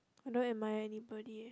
I don't admire anybody